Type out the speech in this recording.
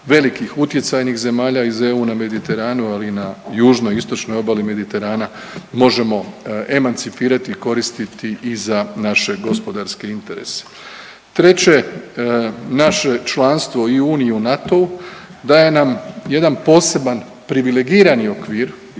velikih utjecajnih zemalja iz EU na Mediteranu, ali i na južnoj i istočnoj obali Mediterana možemo emancipirati, koristiti i za naše gospodarske interese. I treće, naše članstvo i u Uniji i u NATO-u daje nam jedan posebni privilegirani okvir i